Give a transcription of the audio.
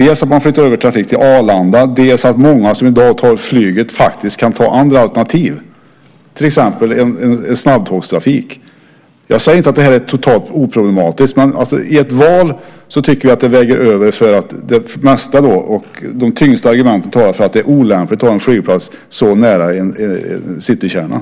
Dels kan trafik flyttas över till Arlanda, dels kan många som i dag tar flyget faktiskt välja andra alternativ, till exempel snabbtågstrafiken. Jag säger inte att det här är totalt oproblematiskt. Men ska man välja tycker vi att de tyngsta argumenten talar för att det är olämpligt att ha en flygplats så nära citykärnan.